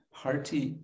hearty